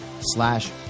slash